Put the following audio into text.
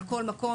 על כל מקום.